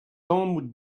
tammoù